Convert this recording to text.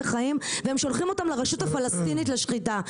חיים והם שולחים אותם לרשות הפלסטינית לשחיטה.